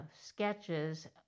sketches